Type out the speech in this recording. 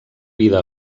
vida